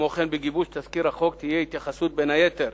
כמו כן, בגיבוש תזכיר החוק תהיה התייחסות בין היתר